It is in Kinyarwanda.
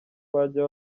bajya